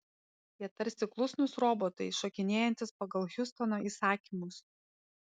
jie tarsi klusnūs robotai šokinėjantys pagal hiustono įsakymus